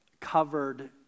covered